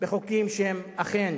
בחוקים שהם אכן